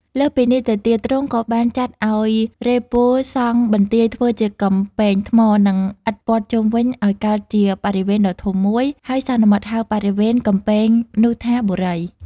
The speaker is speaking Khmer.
លើសពីនេះទៅទៀត ទ្រង់ក៏បានចាត់ឲ្យរេហ៍ពលសង់បន្ទាយធ្វើជាកំពែងថ្ម និងឥដ្ឋព័ទ្ធជុំវិញឲ្យកើតជាបរិវេណដ៏ធំមួយ ហើយសន្មតហៅបរិវេណកំពែងនោះថា "បូរី"។